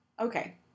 Okay